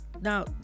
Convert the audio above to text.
Now